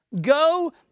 go